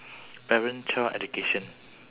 parent child education